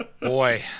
Boy